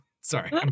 Sorry